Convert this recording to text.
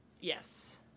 Yes